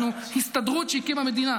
אנחנו הסתדרות שהקימה מדינה,